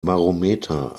barometer